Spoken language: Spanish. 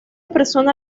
persona